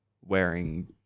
wearing